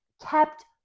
kept